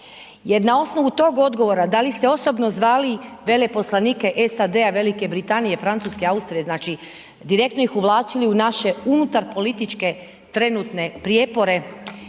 Jer na osnovu tog odgovora da li ste osobno zvali veleposlanike SAD-a, Velike Britanije, Francuske, Austrije, znači, direktno ih uvlačili u naše unutar političke trenutne prijepore